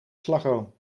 slagroom